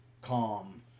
calm